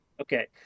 Okay